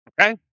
Okay